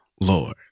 Lord